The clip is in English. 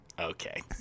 okay